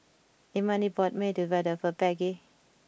Imani bought Medu Vada for Peggie